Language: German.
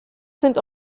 sind